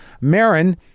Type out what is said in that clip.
Marin